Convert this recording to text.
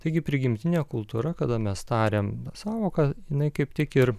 taigi prigimtinė kultūra kada mes tariame sąvoką jinai kaip tik ir